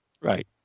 Right